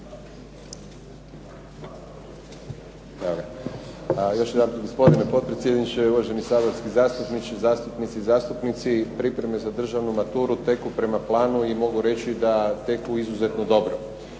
Radovan** Gospodine potpredsjedniče, uvaženi saborski zastupniče, zastupnice i zastupnici. Pripreme za državnu maturu teku prema planu i mogu reći da teku izuzetno dobro.